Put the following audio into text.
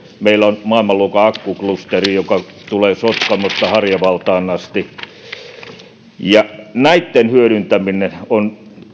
meillä on maailmanluokan akkuklusteri joka tulee sotkamosta harjavaltaan asti näitten hyödyntäminen on